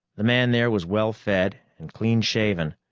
the man there was well fed and clean-shaven,